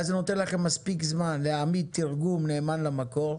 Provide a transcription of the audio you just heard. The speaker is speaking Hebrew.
ואז זה נותן לכם מספיק זמן להעמיד תרגום נאמן למקור.